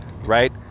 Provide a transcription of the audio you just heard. right